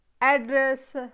address